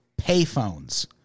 payphones